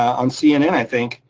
on cnn, i think,